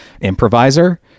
improviser